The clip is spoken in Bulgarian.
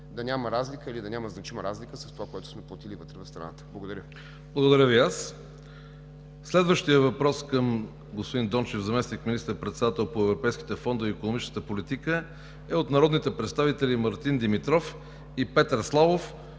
да няма разлика или да няма значима разлика от това, което сме платили вътре в страната. Благодаря Ви. ПРЕДСЕДАТЕЛ КРАСИМИР КАРАКАЧАНОВ: Благодаря Ви и аз. Следващият въпрос към господин Дончев – заместник министър-председател по европейските фондове и икономическата политика, е от народните представители Мартин Димитров и Петър Славов